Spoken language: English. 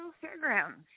Fairgrounds